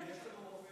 אני פה.